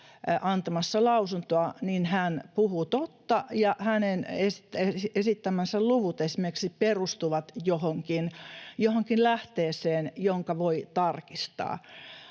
antamassa lausuntoa, niin hän puhuu totta ja esimerkiksi hänen esittämänsä luvut perustuvat johonkin lähteeseen, jonka voi tarkistaa.